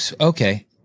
okay